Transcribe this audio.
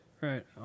right